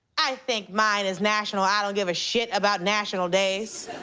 i think mine is national, i don't give a shit about national days.